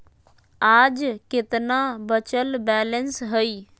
आज केतना बचल बैलेंस हई?